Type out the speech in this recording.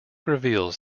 reveals